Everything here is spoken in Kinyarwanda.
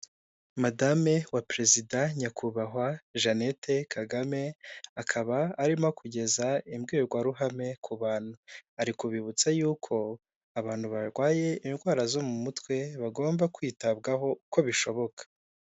Madame wa perezida nyakubahwa Jeannette Kagame, akaba arimo kugeza imbwirwaruhame ku bantu. Ari kubibutsa yuko abantu barwaye indwara zo mu mutwe, bagomba kwitabwaho uko bishoboka.